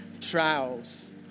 trials